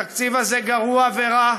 התקציב הזה גרוע ורע,